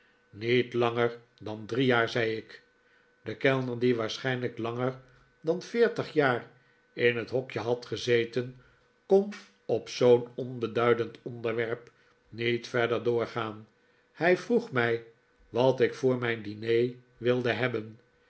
niet langer dan drie jaar zei ik de kellner die waarschijnlijk langer dan veertig jaar in het hokje had gezeten kon op zoo'n onbeduidend onderwerp niet verder doorgaan hij vroeg mij wat ik voor mijn diner wilde hebben